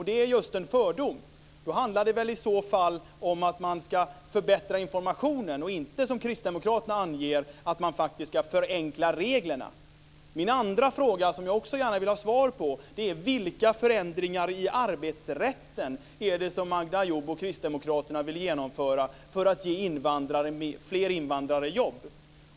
Det är just en fördom. Då handlar det väl om att förbättra informationen, inte som kristdemokraterna anger att faktiskt förenkla reglerna. Min andra fråga, som jag också gärna vill ha svar på, gäller vilka förändringar i arbetsrätten som Magda Ayoub och kristdemokraterna vill genomföra för att ge fler invandrare jobb.